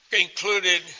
included